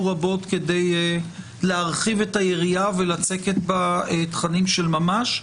רבות כדי להרחיב את היריעה ולצקת בה תכנים של ממש.